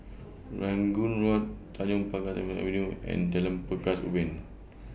Rangoon Road Tanjong Pagar Terminal Avenue and Jalan Pekan's Ubin